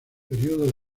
periodo